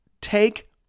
take